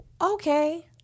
okay